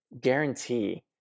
guarantee